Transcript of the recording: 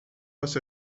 was